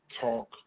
Talk